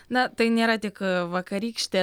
na tai nėra tik vakarykštė